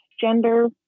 gender